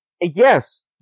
Yes